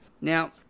Now